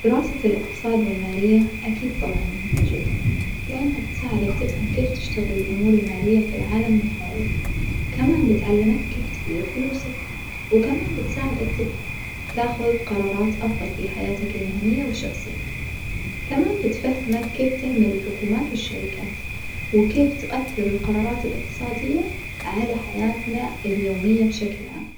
دراسة الإقتصاد والمالية أكيد طبعًا مهمة جدًا لأنها بتساعدك كيف تشتغل الامور اامالعية في العالم من حولك كمان بتعملك كيف تدير فلوسك، وكمان بتساعدك ت تأخذ قرارات أفظل في حياتك المهنية والشخصية، كمان بتفهمك كيف تعمل الحكومات والشركات وكيف تؤثر القرارات الإقتصادية على حياتنا اليومية بشكل عام.